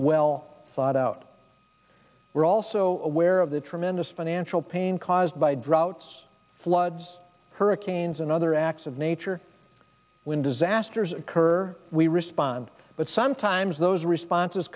well thought out we're also aware of the tremendous financial pain caused by droughts floods hurricanes and other acts of nature when disasters occur we respond but sometimes those responses